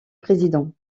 président